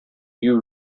you